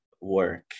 work